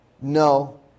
No